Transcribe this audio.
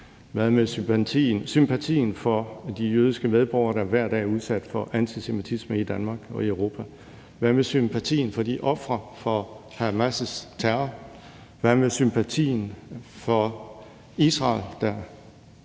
Hvad med sympatien for de jødiske medborgere, der hver dag er udsat for antisemitisme i Danmark og i Europa? Hvad med sympatien for ofrene for Hamas' terror? Hvad med sympatien for Israel, der